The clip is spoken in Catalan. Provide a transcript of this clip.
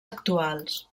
actuals